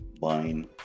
buying